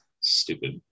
Stupid